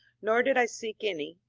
nor did i seek any,